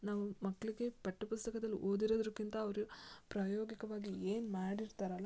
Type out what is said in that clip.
ನಾವು ಮಕ್ಕಳಿಗೆ ಪಠ್ಯಪುಸ್ತಕದಲ್ಲಿ ಓದಿರೋದಕ್ಕಿಂತ ಅವರು ಪ್ರಾಯೋಗಿಕವಾಗಿ ಏನು ಮಾಡಿರ್ತಾರಲ್ಲಾ